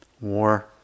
war